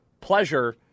pleasure